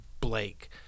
Blake